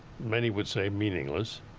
many would say meaningless,